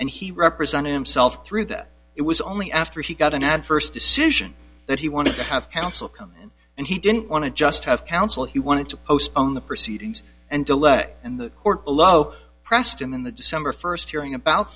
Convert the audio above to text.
and he represented himself through that it was only after he got an adverse decision that he wanted to have counsel come in and he didn't want to just have counsel he wanted to postpone the proceedings and delay and the court below pressed in the december first hearing about